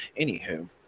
Anywho